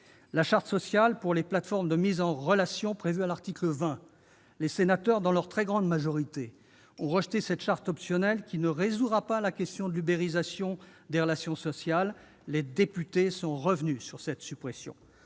la charte sociale pour les plateformes de mise en relation prévue à l'article 20. Les sénateurs, dans leur très grande majorité, ont rejeté cette charte optionnelle, qui ne résoudra pas la question de l'ubérisation des relations sociales. Les députés sont revenus sur cette suppression.